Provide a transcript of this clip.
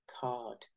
card